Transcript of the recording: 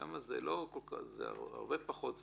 שם זה הרבה פחות זמן.